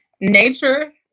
nature